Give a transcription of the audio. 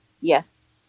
Yes